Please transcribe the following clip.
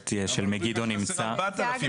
הפרויקט של מגידו נמצא --- אבל במגידו חסרים 4,000,